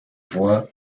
voix